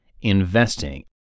investing